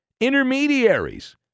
intermediaries